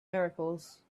miracles